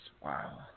wow